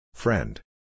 Friend